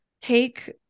take